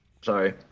sorry